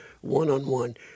one-on-one